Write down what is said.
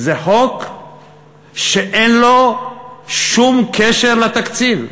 זה חוק שאין לו שום קשר לתקציב.